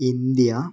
India